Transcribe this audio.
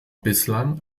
bislang